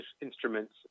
instruments